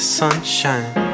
sunshine